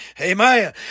Amen